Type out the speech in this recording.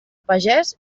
pagès